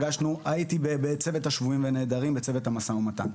הייתי בצוות השבויים והנעדרים ובצוות המשא ומתן,